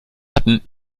hatten